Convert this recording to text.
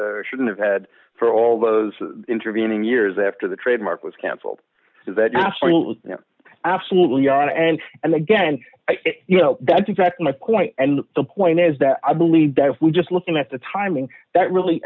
shouldn't have had for all those intervening years after the trademark was cancelled is that absolutely on and and again you know that's exactly my point and the point is that i believe that if we just looking at the timing that really